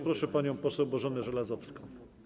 Proszę panią poseł Bożenę Żelazowską.